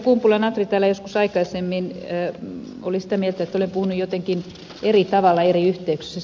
kumpula natri täällä joskus aikaisemmin oli sitä mieltä että olen puhunut jotenkin eri tavalla eri yhteyksissä